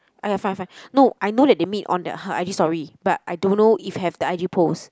!aiya! I find I find no I know that they meet on the her I_G story but I don't know if have the I_G post